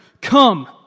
Come